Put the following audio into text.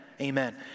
Amen